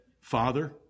Father